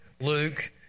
Luke